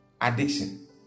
addiction